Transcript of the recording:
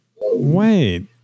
Wait